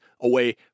away